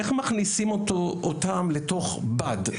איך מכניסים אותם לתוך בד,